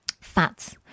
fats